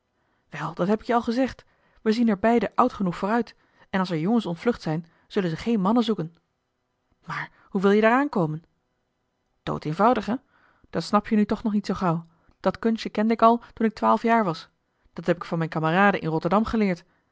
wel dat heb ik je al gezegd we zien er beide oud genoeg voor uit en als er jongens ontvlucht zijn zullen ze geen mannen zoeken maar hoe wil je daaraan komen dood eenvoudig he dat snap je nu toch nog niet zoo gauw dat kunstje kende ik al toen ik twaalf jaar was dat heb ik van mijne kameraden in rotterdam geleerd